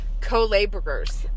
co-laborers